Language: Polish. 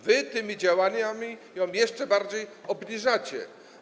Wy tymi działaniami ją jeszcze bardziej obniżacie.